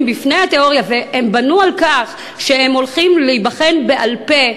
בפני התיאוריה ובנו על כך שהם הולכים להיבחן בעל-פה,